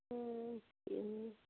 ہاں چینی